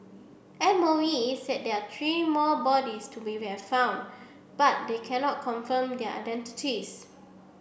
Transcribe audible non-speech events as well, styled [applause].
M O E said there three more bodies to be [unintelligible] found but they cannot confirm their identities